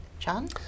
John